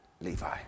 Levi